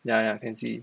ya ya can see